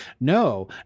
no